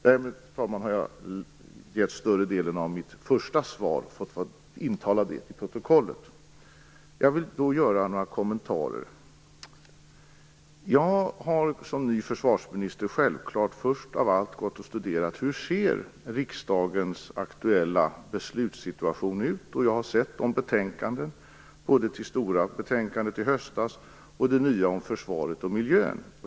Därmed, fru talman, har jag avgivit största delen av mitt första svar och fått det med till protokollet. Jag vill då ge några ytterligare kommentarer. Jag har som ny försvarsminister självklart först av allt studerat hur riksdagens aktuella beslutssituation ser ut. Jag har läst det stora betänkandet från i höstas och det nya om försvaret och miljön.